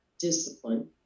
discipline